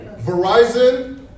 Verizon